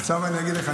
עכשיו אני אגיד לך,